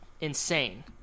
insane